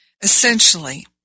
essentially